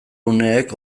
uneek